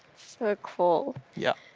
so cool. yeah.